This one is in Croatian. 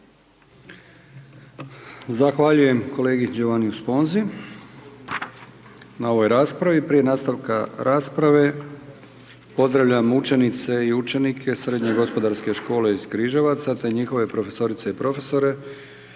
Zahvaljujem kolegi Giovanniu Sponzi na ovoj raspravi. Prije nastavka rasprave pozdravljam učenice i učenike Srednje gospodarske škole iz Križevaca te njihove profesorice i profesore,